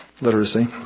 literacy